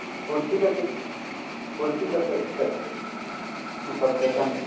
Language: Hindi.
कुर्सी का कित कुर्सी का कई कई मतलब कैसन